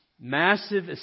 Massive